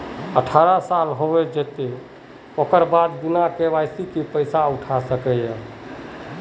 अठारह साल होबे जयते ओकर बाद बिना के.वाई.सी के पैसा न उठे है नय?